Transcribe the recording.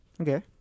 Okay